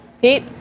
Pete